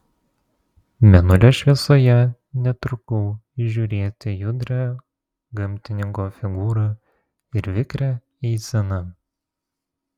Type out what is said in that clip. mėnulio šviesoje netrukau įžiūrėti judrią gamtininko figūrą ir vikrią eiseną